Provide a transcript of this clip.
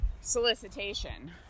solicitation